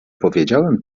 powiedziałem